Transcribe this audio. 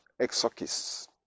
exorcists